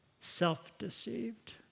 self-deceived